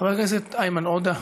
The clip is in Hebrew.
חבר הכנסת איימן עודה,